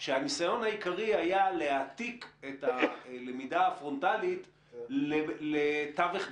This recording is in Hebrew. שהניסיון העיקרי היה להעתיק את הלמידה הפרונטלית לתווך דיגיטלי,